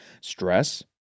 stress